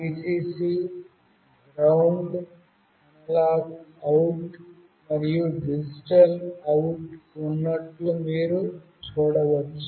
Vcc GND analogue out మరియు digital out ఉన్నట్లు మీరు చూడవచ్చు